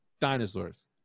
dinosaurs